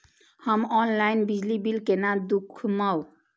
हम ऑनलाईन बिजली बील केना दूखमब?